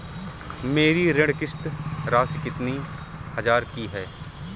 मेरी ऋण किश्त राशि कितनी हजार की है?